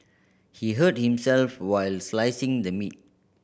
he hurt himself while slicing the meat